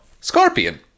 Scorpion